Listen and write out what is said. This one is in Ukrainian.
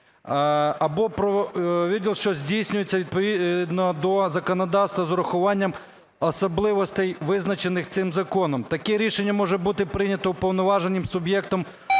про виділ, що здійснюється відповідно до законодавства з урахуванням особливостей, визначених цим законом. Таке рішення може бути прийнято уповноваженим суб'єктом